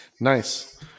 Nice